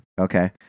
okay